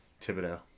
Thibodeau